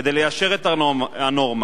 כדי ליישר את הנורמה,